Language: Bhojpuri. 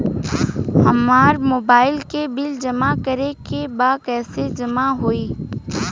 हमार मोबाइल के बिल जमा करे बा कैसे जमा होई?